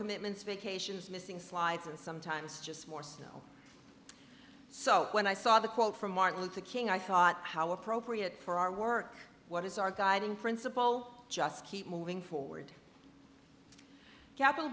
commitments vacations missing slides and sometimes just more snow so when i saw the quote from martin luther king i thought how appropriate for our work what is our guiding principle just keep moving forward capital